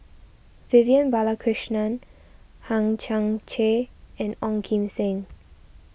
Vivian Balakrishnan Hang Chang Chieh and Ong Kim Seng